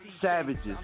Savages